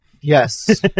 yes